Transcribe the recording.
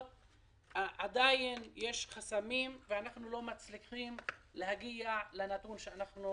עדיין יש חסמים ואנחנו לא מצליחים להגיע לנתון שאנחנו